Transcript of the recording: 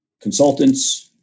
consultants